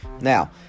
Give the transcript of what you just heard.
now